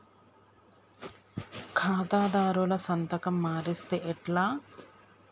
ఖాతాదారుల సంతకం మరిస్తే ఎట్లా?